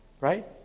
Right